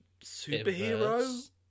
superhero